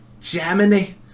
Germany